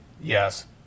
Yes